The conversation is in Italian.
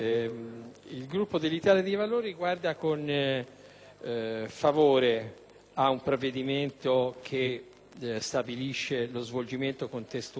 favore a un provvedimento che stabilisce lo svolgimento contestuale delle elezioni amministrative ed europee.